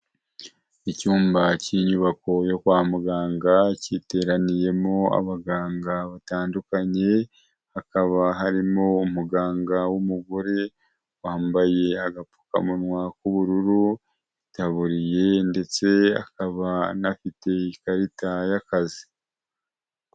Icyumba cy'inyubako yo kwa muganga kiteraniyemo abaganga batandukanye, hakaba harimo umuganga w'umugore wambaye agapfukamunwa k'ubururu, itaburiye ndetse akaba anafite ikarita y'akazi.